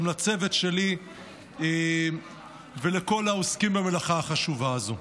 גם לצוות שלי ולכל העוסקים במלאכה החשובה הזו.